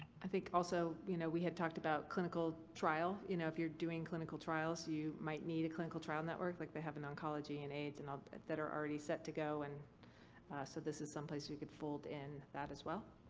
i think also, you know, we had talked about clinical trial, you know, if you're doing clinical trials, you might need a clinical trial network like they have in oncology and aids and um that are already set to go and so this is someplace you could fold in that as well.